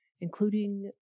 including